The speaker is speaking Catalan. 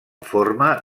forma